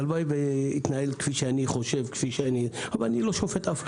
הלוואי שיתנהל כפי שאני חושב אבל אני לא שופט אף אחד.